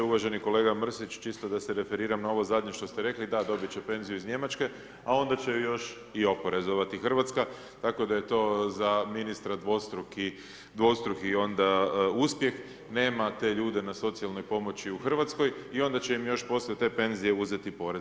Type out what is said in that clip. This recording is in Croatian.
Uvaženi kolega Mrsić, čisto da se referiram na ovo zadnje što ste rekli, da, dobit će penziju iz Njemačke a onda će ju još i oporezovati Hrvatska, tako da je to za ministra dvostruki onda uspjeh, nema te ljude na socijalnoj pomoći u Hrvatskoj i onda će im još poslije te penzije uzeti porez.